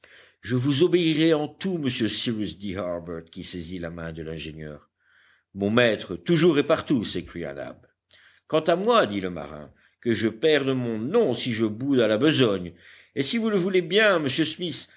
je vous obéirai en tout monsieur cyrus dit harbert qui saisit la main de l'ingénieur mon maître toujours et partout s'écria nab quant à moi dit le marin que je perde mon nom si je boude à la besogne et si vous le voulez bien monsieur smith